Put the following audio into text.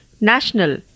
national